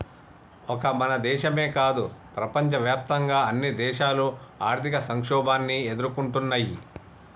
ఒక మన దేశమో కాదు ప్రపంచవ్యాప్తంగా అన్ని దేశాలు ఆర్థిక సంక్షోభాన్ని ఎదుర్కొంటున్నయ్యి